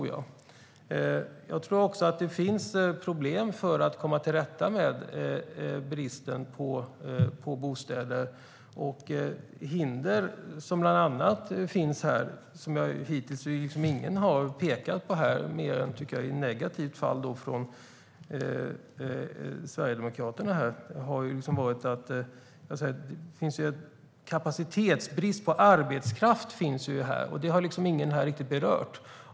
Jag tror också att det finns problem när det gäller att komma till rätta med bristen på bostäder. Ett av hindren som finns men som ingen hittills har pekat på här mer än Sverigedemokraterna, och då i negativ mening, är att det finns kapacitetsbrist i arbetskraften. Det har ingen berört riktigt.